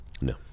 No